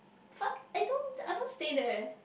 fuck I don't I don't stay there